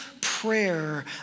prayer